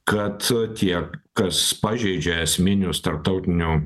kad tie kas pažeidžia esminius tarptautinių